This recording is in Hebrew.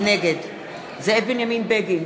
נגד זאב בנימין בגין,